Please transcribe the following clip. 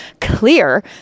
clear